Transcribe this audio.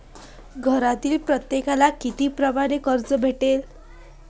घरातील प्रत्येकाले किती परमाने कर्ज भेटन?